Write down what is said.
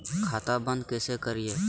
खाता बंद कैसे करिए?